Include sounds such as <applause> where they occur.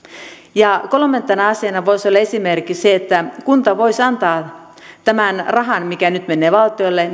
kolmantena asiana voisi olla esimerkiksi se että kunta voisi antaa tämän rahan mikä nyt menee valtiolle <unintelligible>